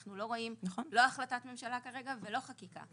אנחנו לא רואים כרגע, לא החלטת ממשלה ולא חקיקה.